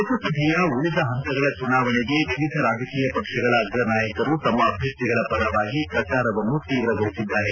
ಲೋಕಸಭೆಯ ಉಳಿದ ಪಂತಗಳ ಚುನಾವಣೆಗೆ ವಿವಿಧ ರಾಜಕೀಯ ಪಕ್ಷಗಳ ಅಗ್ರ ನಾಯಕರು ತಮ್ಮ ಅಭ್ಯರ್ಥಿಗಳ ಪರವಾಗಿ ಪ್ರಚಾರವನ್ನು ತೀವ್ರಗೊಳಿಸಿದ್ದಾರೆ